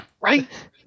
Right